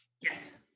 yes